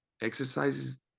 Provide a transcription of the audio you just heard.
exercises